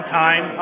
time